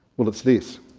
well it's this.